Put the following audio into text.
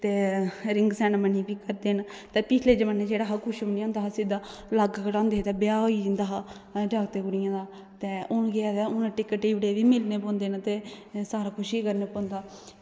ते ring ceremony बी करदे न ते पिछले जमान्ने च जेह्ड़ा कुछ बी निं होंदा सिद्धा लग्ग कड्ढांदे हे ते ब्याह् होई जंदा हा जागतें कुड़ियें दा ते हून केह् ऐ ते हून टिबड़े बी मिलने पौंदे न ते सारा कुछ ई करना पौंदा